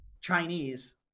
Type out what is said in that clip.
Chinese